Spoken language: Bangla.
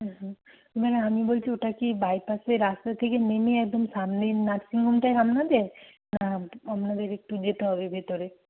হুম হুম এবারে আমি বলছি ওটা কি বাইপাসের রাস্তা থেকে নেমে একদম সামনের নার্সিংহোমটাই আপনাদের না একটু যেতে হবে ভেতরে